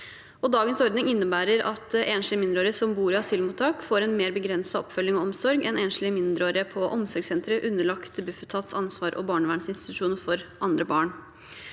dagens ordning innebærer at enslige mindreårige som bor i asylmottak, får en mer begrenset oppfølging og omsorg enn enslige mindreårige på omsorgssentre underlagt Bufetats ansvar og barnevernsinstitusjoner for andre barn.